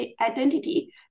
identity